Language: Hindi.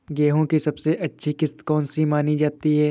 गेहूँ की सबसे अच्छी किश्त कौन सी मानी जाती है?